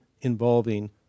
involving